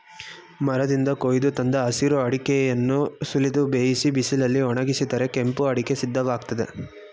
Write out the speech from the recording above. ಮರದಿಂದ ಕೊಯ್ದು ತಂದ ಹಸಿರು ಅಡಿಕೆಯನ್ನು ಸುಲಿದು ಬೇಯಿಸಿ ಬಿಸಿಲಲ್ಲಿ ಒಣಗಿಸಿದರೆ ಕೆಂಪು ಅಡಿಕೆ ಸಿದ್ಧವಾಗ್ತದೆ